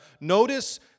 notice